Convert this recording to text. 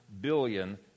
billion